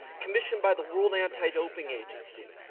commissioned by the world anti-doping agency.